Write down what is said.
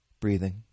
breathing